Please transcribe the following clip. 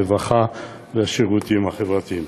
הרווחה והשירותים החברתיים